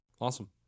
awesome